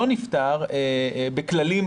פשוט להשאיר את זה פתוח לכל האופציות.